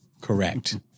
Correct